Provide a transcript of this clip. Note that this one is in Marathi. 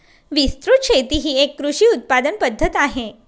विस्तृत शेती ही एक कृषी उत्पादन पद्धत आहे